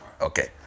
Okay